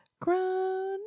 grown